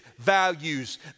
values